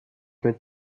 mit